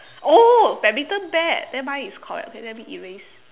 oh badminton bat then mine is correct okay let me erase